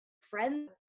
friends